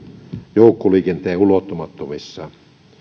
joukkoliikenteen ulottumattomissa